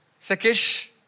Sekish